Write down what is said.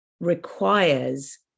requires